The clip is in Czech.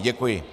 Děkuji.